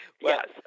Yes